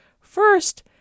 First